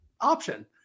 option